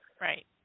Right